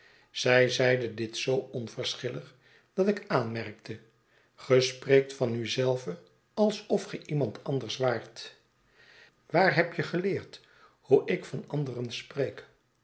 zij zeide dit zoo onverschillig dat ik aanmerkte ge spreekt van u zelve alsof ge iemand anders waart waar hebt je geleerd hoe ik van anderen spreek